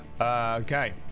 Okay